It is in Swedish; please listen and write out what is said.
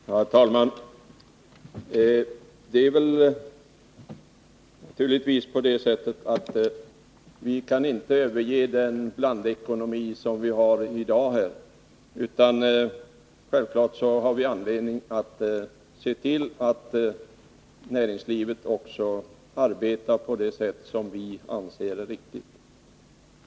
Herr talman! Det är naturligtvis så, att vi inte kan överge den blandekonomi som vi har i dag, men självfallet har vi anledning att se till att näringslivet arbetar på det sätt som vi anser är riktigt.